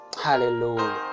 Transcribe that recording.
hallelujah